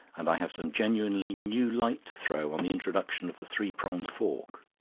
and have some genuinely new light to throw on the introduction of the three-pronged fork.